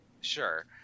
Sure